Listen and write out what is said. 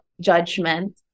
judgment